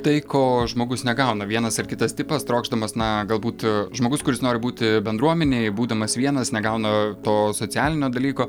tai ko žmogus negauna vienas ar kitas tipas trokšdamas na galbūt žmogus kuris nori būti bendruomenėj būdamas vienas negauna to socialinio dalyko